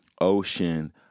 ocean